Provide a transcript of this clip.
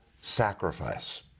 sacrifice